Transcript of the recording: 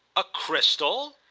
a crystal?